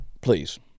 please